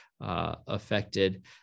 affected